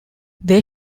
they